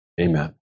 Amen